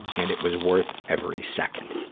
and it was worth every second.